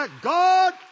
God